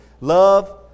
Love